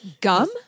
Gum